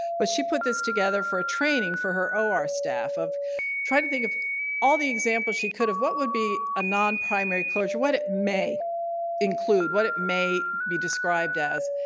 but she put this together for a training for her or staff of trying to think of all the examples she could have. what would be a non-primary closure? what it may include, what it may be described as.